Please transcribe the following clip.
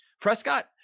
Prescott